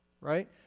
Right